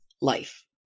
life